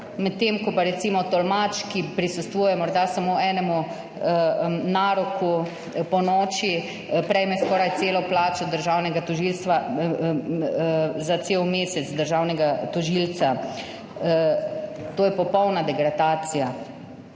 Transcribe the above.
medtem ko pa recimo tolmač, ki prisostvuje morda samo enemu naroku ponoči, prejme skoraj celo plačo državnega tožilca za cel mesec. To je popolna degradacija